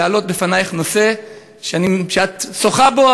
להעלות בפנייך נושא שאת שוחה בו,